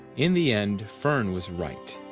in the end fern was right.